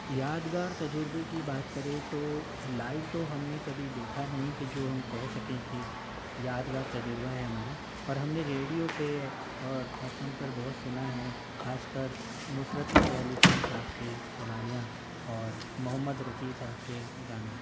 یادگار تجربے کی بات کریں تو لائیو تو ہم نے کبھی دیکھا نہیں کہ جو ہم کہہ سکیں کہ یادگار تجربہ ہے ہمارا پر ہم نے ریڈیو پہ اور ایف ایم پر بہت سنا ہے خاص کر نصرت فتح علی خان صاحب کے قوالیاں اور محمد رفیع صاحب کے گانے